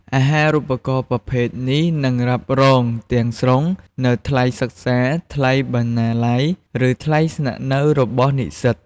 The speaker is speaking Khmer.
អាហារូបករណ៍ប្រភេទនេះនឹង រ៉ាប់រងទាំងស្រុង នូវ ថ្លៃសិក្សា ថ្លៃបណ្ណាល័យ ឬ ថ្លៃស្នាក់នៅ របស់និស្សិត។